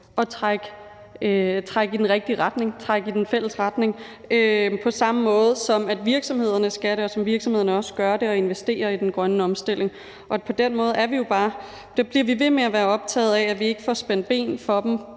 at trække i den rigtige retning og i en fælles retning på samme måde, som virksomhederne skal det og også gør det, og investere i den grønne omstilling. Der bliver vi ved med at være optaget af, at vi ikke får spændt ben for dem